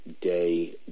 day